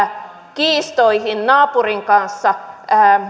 kiistoihin naapurin kanssa